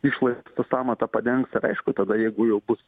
išlai tą sąmatą padengs ir aišku tada jeigu jau bus